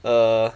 err